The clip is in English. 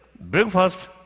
breakfast